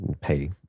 pay